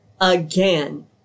again